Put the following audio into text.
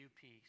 peace